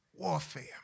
Warfare